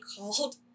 called